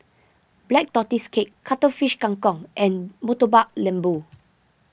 Black Tortoise Cake Cuttlefish Kang Kong and Murtabak Lembu